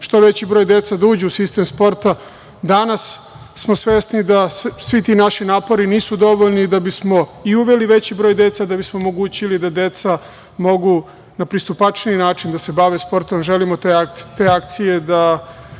što veći broj dece da uđe u sistem sporta. Danas smo svesni da svi ti naši napori nisu dovoljni da bismo uveli veći broj dece, da bismo omogućili da deca mogu na pristupačniji način da se bave sportom. Želimo da te akcije i